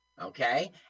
Okay